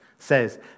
says